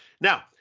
Now